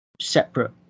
separate